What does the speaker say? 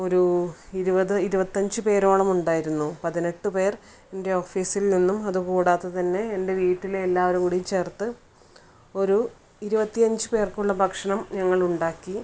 ഒരു ഇരുപത് ഇരുപത്തഞ്ച് പേരോളം ഉണ്ടായിരുന്നു പതിനെട്ട് പേർ എൻ്റെ ഓഫീസിൽ നിന്നും അത് കൂടാതെ തന്നെ എൻ്റെ വീട്ടിലെ എല്ലാവരും കൂടി ചേർത്ത് ഒരു ഇരുപത്തിയഞ്ച് പേർക്കുള്ള ഭക്ഷണം ഞങ്ങൾ ഉണ്ടാക്കി